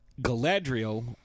Galadriel